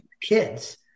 kids